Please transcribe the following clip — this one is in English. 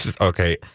Okay